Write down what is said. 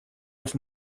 with